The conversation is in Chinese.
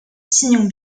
信用